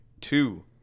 two